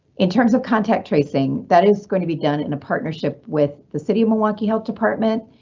in terms of contact tracing that is gonna be done in a partnership with the city of milwaukee health department.